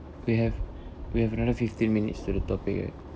we have we have another fifteen minutes to the topic right